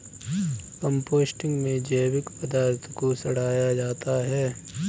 composting में जैविक पदार्थ को सड़ाया जाता है